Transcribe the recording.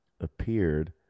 appeared